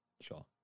sure